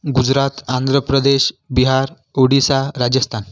Gujarat Andhra Pradesh Bihar Odisha Rajasthan